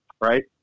right